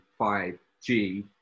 5G